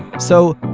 so,